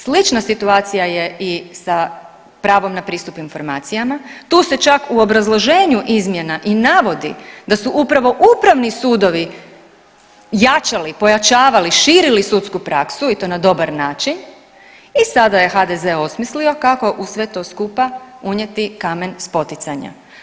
Slična situacija je i sa pravom na pristup informacijama, tu se čak u obrazloženju izmjena i navodi da su upravo upravni sudovi jačali, pojačavali, širili sudsku praksu i to na dobar način i sada je HDZ osmislio kako u sve to skupa unijeti kamen spoticanja.